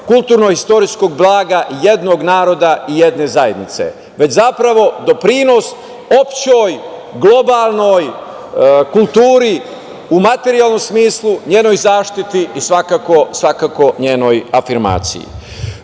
kulturno-istorijskog blaga jednog naroda i jedne zajednice, već zapravo doprinos opštoj, globalnoj kulturi u materijalnom smislu, njenoj zaštiti i svakako njenoj afirmaciji.No,